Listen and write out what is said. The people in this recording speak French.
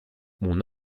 mon